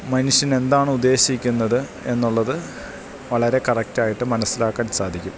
മന്ഷ്യനെന്താണുദ്ദേശിക്കുന്നത് എന്നുള്ളതു വളരെ കറക്റ്റായിട്ട് മനസ്സിലാക്കാൻ സാധിക്കും